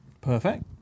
Perfect